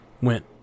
went